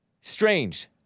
strange